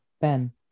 Ben